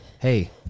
hey